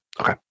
Okay